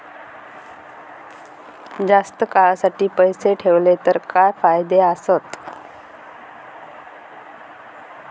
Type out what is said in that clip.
जास्त काळासाठी पैसे ठेवले तर काय फायदे आसत?